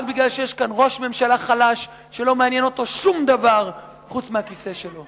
רק בגלל שיש כאן ראש ממשלה חלש שלא מעניין אותו שום דבר חוץ מהכיסא שלו.